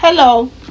Hello